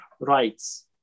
rights